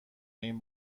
این